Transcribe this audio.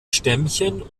stämmchen